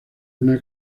una